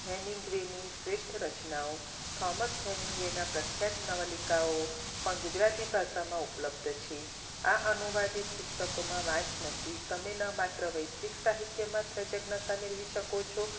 હેનીન ગ્રેમીન શ્રેષ્ઠ રચનાઓ થોમસ હેનિંગવેના પ્રખ્યાલ નવલિકાઓ પણ ગુજરાતી ભાષામાં ઉપલબ્ધ છે આ અનુવાદિત પુસ્તકોમાં વાજ નથી તમે ન માત્ર વૈશ્વિક સાહિત્યમાં પ્રચલિતતા મેળવી શકો છો